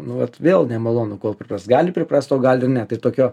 nu vat vėl nemalonu kol pripras gali priprast o gali ne tai tokio